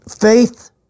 faith